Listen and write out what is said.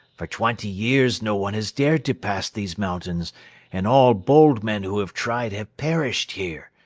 for twenty years no one has dared to pass these mountains and all bold men who have tried have perished here.